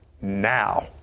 now